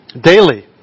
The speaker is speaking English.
Daily